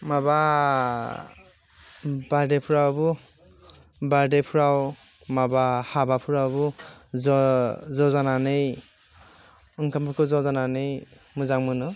माबा बार्डेफ्रावबो बार्डेफ्राव माबा हाबाफोरावबो ज' ज' जानानै ओंखामफोरखौ ज' जानानै मोजां मोनो